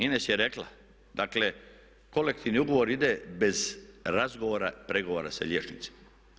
Ines je rekla, dakle kolektivni ugovor ide bez razgovora, pregovora sa liječnicima.